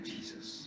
Jesus